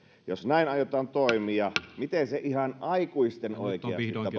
jos näin aiotaan toimia miten se ihan aikuisten oikeasti